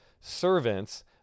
Servants